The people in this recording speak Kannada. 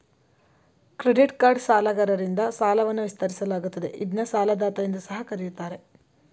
ಕ್ರೆಡಿಟ್ಕಾರ್ಡ್ ಸಾಲಗಾರರಿಂದ ಸಾಲವನ್ನ ವಿಸ್ತರಿಸಲಾಗುತ್ತದೆ ಇದ್ನ ಸಾಲದಾತ ಎಂದು ಸಹ ಕರೆಯುತ್ತಾರೆ